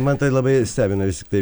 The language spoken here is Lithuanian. man tai labai stebina vis tiktai